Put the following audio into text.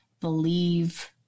believe